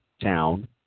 town